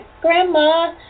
Grandma